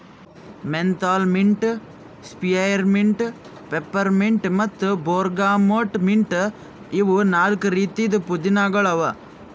menthol mint, spearmint, peppermint ಮತ್ತ bergamot mint ಇವು ನಾಲ್ಕು ರೀತಿದ್ ಪುದೀನಾಗೊಳ್ ಅವಾ